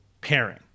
pairing